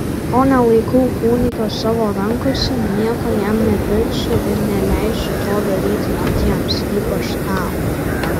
kol nelaikau kūdikio savo rankose nieko jam nepirksiu ir neleisiu to daryti kitiems ypač tau